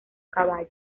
caballos